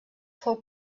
fou